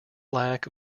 lack